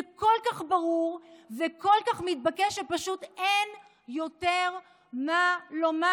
זה כל כך ברור וכל כך מתבקש שפשוט אין יותר מה לומר.